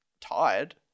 Tired